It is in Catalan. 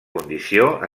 condició